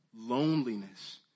loneliness